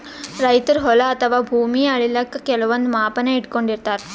ರೈತರ್ ಹೊಲ ಅಥವಾ ಭೂಮಿ ಅಳಿಲಿಕ್ಕ್ ಕೆಲವಂದ್ ಮಾಪನ ಇಟ್ಕೊಂಡಿರತಾರ್